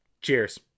cheers